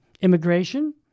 immigration